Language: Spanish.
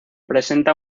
presenta